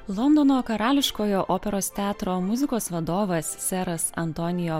londono karališkojo operos teatro muzikos vadovas seras antonio